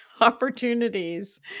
opportunities